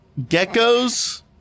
geckos